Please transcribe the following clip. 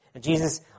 Jesus